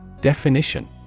Definition